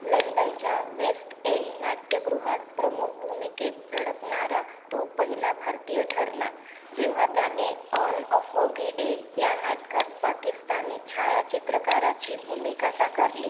लंडनच्या West End नाट्यगृहात प्रमुख भूमिकेत झळकणारा तो पहिला भारतीय ठरला जेव्हा त्याने ऑन अ फॉगी डे या नाटकात पाकिस्तानी छायाचित्रकाराची भूमिका साकारली